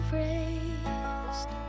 raised